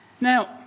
Now